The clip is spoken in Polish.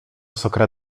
sokra